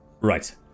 Right